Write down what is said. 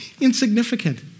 insignificant